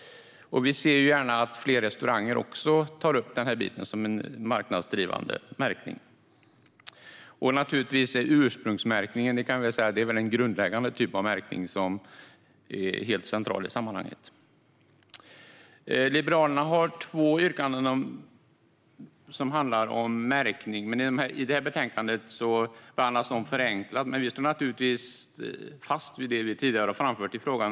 Vi ser gärna att fler restauranger också tar upp detta med marknadsdriven märkning. Naturligtvis är ursprungsmärkningen, som väl kan sägas vara en grundläggande typ av märkning, helt central i sammanhanget. Liberalerna har två yrkanden som handlar om märkning. I detta betänkande behandlas de förenklat, men vi står naturligtvis fast vid det vi tidigare har framfört i frågan.